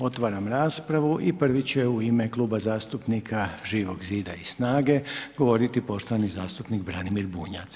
Otvaram raspravu i prvi će u ime Kluba zastupnika Živog zida i SNAGA-e govoriti poštovani zastupnik Branimir Bunjac.